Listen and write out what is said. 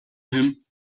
him